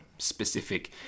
specific